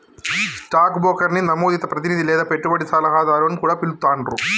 stock బ్రోకర్ని నమోదిత ప్రతినిధి లేదా పెట్టుబడి సలహాదారు అని కూడా పిలుత్తాండ్రు